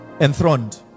enthroned